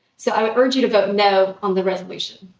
so, i would urge you to vote no on the resolution.